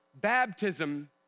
Baptism